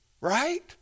right